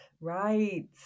Right